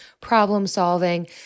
problem-solving